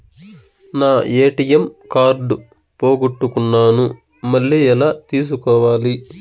నా ATM card పోగొట్టుకున్నాను, మళ్ళీ ఎలా తీసుకోవాలి?